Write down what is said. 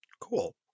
Cool